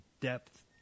depth